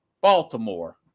Baltimore